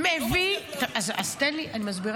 אני לא מצליח